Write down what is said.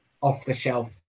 off-the-shelf